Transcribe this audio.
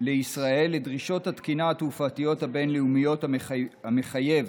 בישראל לדרישות התקינה התעופתית הבין-לאומית המחייבת,